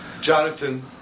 Jonathan